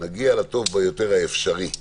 נגיע לטוב ביותר האפשרי,